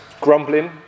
grumbling